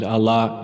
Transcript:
Allah